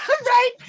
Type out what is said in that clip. right